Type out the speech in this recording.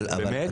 באמת?